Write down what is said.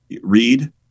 read